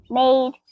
made